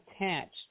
attached